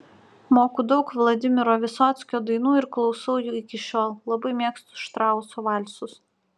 moku daug vladimiro vysockio dainų ir klausau jų iki šiol labai mėgstu štrauso valsus